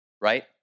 right